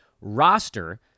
roster